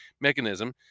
mechanism